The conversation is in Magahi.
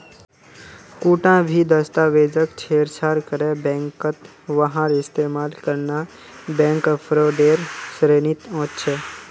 कुंटा भी दस्तावेजक छेड़छाड़ करे बैंकत वहार इस्तेमाल करना बैंक फ्रॉडेर श्रेणीत वस्छे